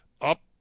up